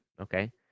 okay